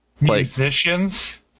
musicians